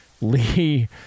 Lee